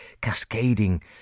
cascading